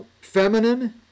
feminine